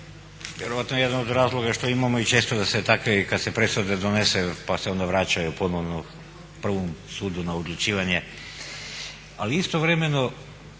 Vjerojatno jedan od razloga što imamo i često da se takve, kad se presuda donese pa se onda vraćaju ponovno prvom sudu na odlučivanje. Ali istovremeno